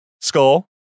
Skull